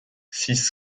six